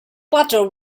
butter